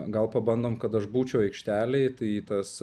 gal pabandom kad aš būčiau aikštelėj tai tas